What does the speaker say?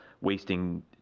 wasting